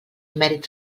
mèrits